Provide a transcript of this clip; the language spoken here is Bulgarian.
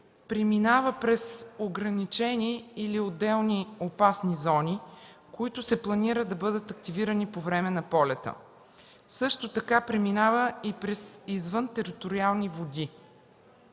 преминава през ограничени или отделни опасни зони, които се планира да бъдат активирани по време на полета, също така преминава и през извънтериториални води.